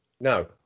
No